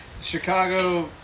Chicago